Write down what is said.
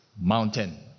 mountain